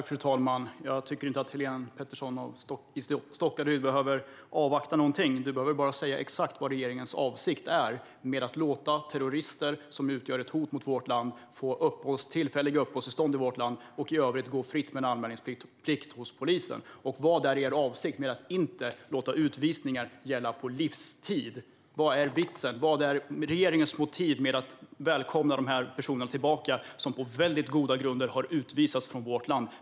Fru talman! Jag tycker inte att Helene Petersson i Stockaryd behöver avvakta någonting. Du behöver bara säga exakt vilken som är regeringens avsikt med att låta terrorister som utgör ett hot mot vårt land få tillfälliga uppehållstillstånd här och i övrigt gå fritt med anmälningsplikt hos polisen. Och vilken är er avsikt med att inte låta utvisningar gälla på livstid? Vad är regeringens motiv till att välkomna tillbaka dessa personer, som på väldigt goda grunder har utvisats från vårt land?